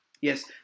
Yes